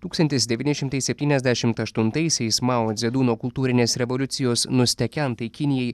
tūkstantis devyni šimtai septyniasdešimt aštuntaisiais mao dzeduno kultūrinės revoliucijos nustekentai kinijai